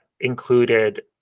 included